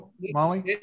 molly